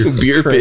beer